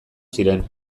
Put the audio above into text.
ziren